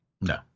No